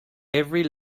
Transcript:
every